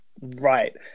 right